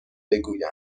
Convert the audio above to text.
بگویم